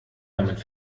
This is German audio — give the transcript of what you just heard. damit